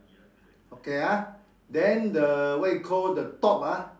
okay ah then the what you call the top ah